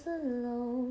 alone